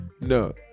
No